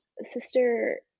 Sister